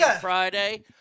Friday